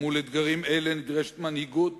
מול אתגרים אלה נדרשות מנהיגות